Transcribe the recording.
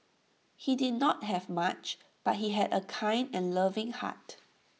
he did not have much but he had A kind and loving heart